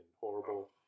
horrible